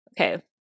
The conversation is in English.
Okay